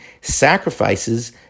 sacrifices